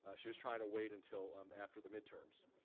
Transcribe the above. ah she was trying to wait until um after the midterms.